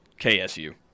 KSU